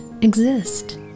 exist